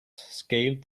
scaled